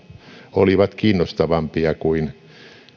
olivat kiinnostavampia kuin